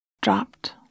dropped